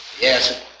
Yes